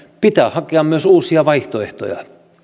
pitää hakea myös uusia vaihtoehtoja